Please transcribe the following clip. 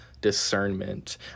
discernment